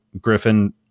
Griffin